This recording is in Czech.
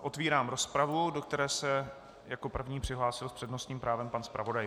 Otevírám rozpravu, do které se jako první přihlásil s přednostním právem pan zpravodaj.